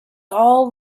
all